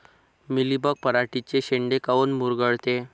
Mealybug पराटीचे चे शेंडे काऊन मुरगळते?